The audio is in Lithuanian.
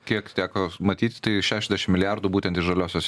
kiek teko matyt tai šešiasdešim milijardų būtent iš žaliosios